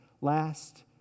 last